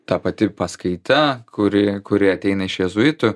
ta pati paskaita kuri kuri ateina iš jėzuitų